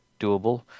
doable